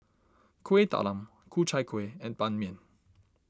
Kuih Talam Ku Chai Kueh and Ban Mian